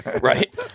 right